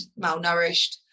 malnourished